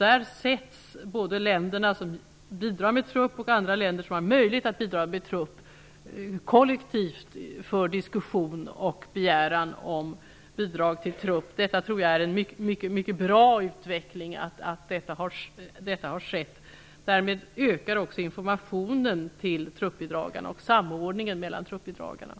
Där diskuterar både länder som bidrar med trupper och länder som har möjlighet att bidra med trupper kollektivt. Jag tror att det är mycket bra att detta har skett. Därmed ökar också informationen till truppbidragarna och samordningen mellan dem.